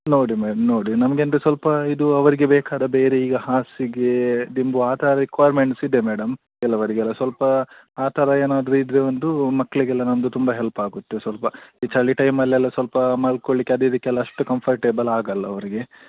ನೋಡಿ ಮೇಡಮ್ ನೋಡಿ ನಮಗೆ ಅಂದರೆ ಸ್ವಲ್ಪ ಇದು ಅವರಿಗೆ ಬೇಕಾದ ಬೇರೆ ಈಗ ಹಾಸಿಗೆ ದಿಂಬು ಆ ಥರ ರಿಕ್ವ್ಯರ್ಮೆನ್ಸ್ ಇದೆ ಮೇಡಮ್ ಕೆಲವರಿಗೆಲ್ಲ ಸ್ವಲ್ಪ ಆ ಥರ ಏನಾದರು ಇದ್ರೆ ಒಂದು ಮಕ್ಳಿಗೆಲ್ಲ ಒಂದು ತುಂಬ ಹೆಲ್ಪ್ ಆಗುತ್ತೆ ಸ್ವಲ್ಪ ಈ ಚಳಿ ಟೈಮಲೆಲ್ಲ ಸ್ವಲ್ಪ ಮಲ್ಕೊಳ್ಳಿಕ್ಕೆ ಅದು ಇದಕ್ಕೆಲ್ಲ ಅಷ್ಟು ಕಂಫರ್ಟೆಬಲ್ ಆಗೋಲ್ಲ ಅವ್ರಿಗೆ